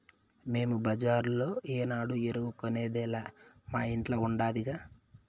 మేము బజార్లో ఏనాడు ఎరువు కొనేదేలా మా ఇంట్ల ఉండాదిగా